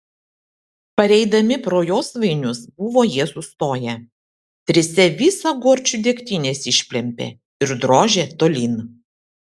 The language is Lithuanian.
pareidami pro josvainius buvo jie sustoję trise visą gorčių degtinės išplempė ir drožė tolyn